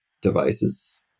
devices